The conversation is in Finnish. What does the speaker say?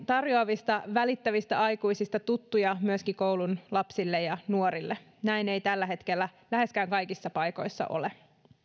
tarjoavista välittävistä aikuisista tuttuja myöskin koulun lapsille ja nuorille näin ei tällä hetkellä läheskään kaikissa paikoissa ole